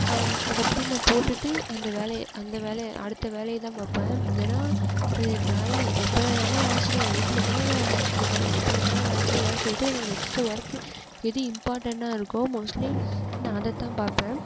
அதை அப்படியே நான் போட்டுகிட்டு அந்த வேலையை அந்த வேலையை அடுத்த வேலையைதான் பாப்பேன் ஏன்னா டிராயிங் எப்போ வேணாலும் வரைஞ்சிக்கிலாம் வீட்டில்தான நான் வரைஞ்சிக்கிட்டு இருக்கேன் எப்போ வேணாலும் வரைஞ்சிக்கிலான்னு சொல்லிட்டு எனக்கு நெக்ஸ்ட்டு ஒர்க்கு எது இம்பார்டண்ட்டா இருக்கோ மோஸ்ட்லி நான் அதை தான் பாப்பேன்